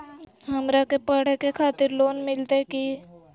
हमरा के पढ़े के खातिर लोन मिलते की?